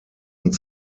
und